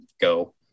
go